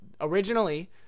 originally